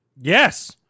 Yes